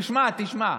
תשמע, תשמע.